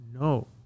no